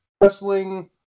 wrestling